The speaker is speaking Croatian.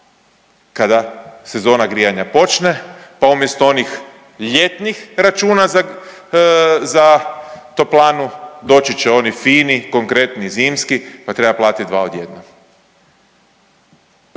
kada sezona grijanja počne, pa umjesto onih ljetnih računa za toplanu doći će oni fini, konkretni, zimski pa treba platiti dva odjednom.